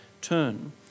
turn